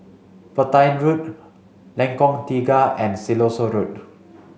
Petain Road Lengkong Tiga and Siloso Road